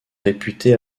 réputé